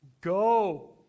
Go